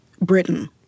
Britain